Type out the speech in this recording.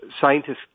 scientists